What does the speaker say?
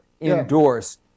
endorse